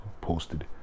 posted